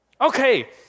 Okay